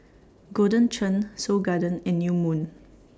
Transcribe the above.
Golden Churn Seoul Garden and New Moon